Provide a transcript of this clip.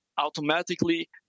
automatically